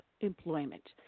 employment